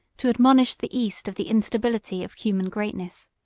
to admonish the east of the instability of human greatness.